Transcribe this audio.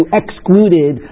excluded